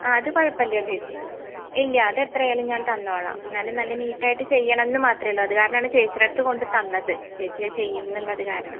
ആ അത് കുഴപ്പമില്ല ചേച്ചി ഇല്ല അത് എത്രയായാലും ഞാൻ തന്നോളാം എന്നാലും നല്ല നീറ്റ് ആയിട്ട് ചെയ്യണമെന്ന് മാത്രമേ ഉള്ളൂ അത് കാരണമാണ് ചേച്ചിയുടെ അടുത്ത് കൊണ്ട് തന്നത് ചേച്ചി അത് ചെയ്യും എന്നുള്ളത് കാരണം